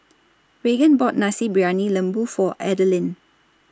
Raegan bought Nasi Briyani Lembu For Adalynn